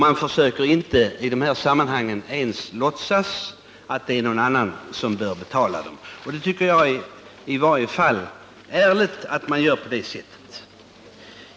Man försöker inte i det här sammanhanget ens låtsas att någon annan bör betala de belopp man avslår, och det tycker jag i alla fall är ärligt.